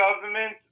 government